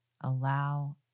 Allow